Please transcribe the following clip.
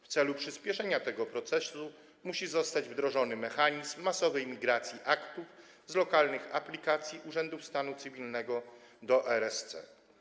W celu przyspieszenia tego procesu musi zostać wdrożony mechanizm masowej migracji aktów z lokalnych aplikacji urzędów stanu cywilnego do RSC.